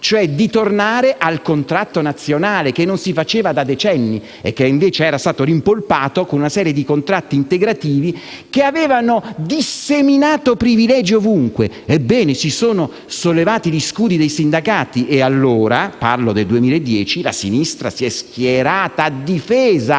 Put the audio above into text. e di tornare al contratto nazionale, che non si faceva da decenni, e che era stato rimpolpato con una serie di contratti integrativi che avevano disseminato privilegi ovunque. Ebbene, si sono sollevati gli scudi dei sindacati e, allora, nel 2010, la sinistra si è schierata a difesa